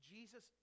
Jesus